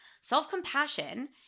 Self-compassion